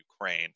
Ukraine